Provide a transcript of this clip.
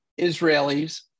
Israelis